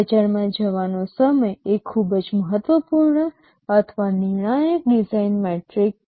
બજારમાં જવાનો સમય એ ખૂબ જ મહત્વપૂર્ણ અથવા નિર્ણાયક ડિઝાઇન મેટ્રિક છે